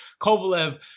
Kovalev